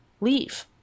leave